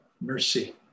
mercy